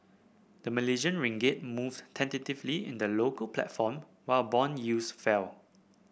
the Malaysian Ringgit moved tentatively in the local platform while bond yields fell